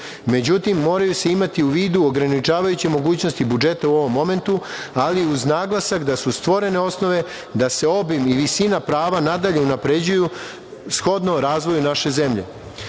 Međutim, moraju se imati u vidu ograničavajuće mogućnosti budžeta u ovom momentu, ali uz naglasak da su stvorene osnove da se obim i visina prava nadalje unapređuju shodno razvoju naše zemlje. Zakonom